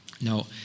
Now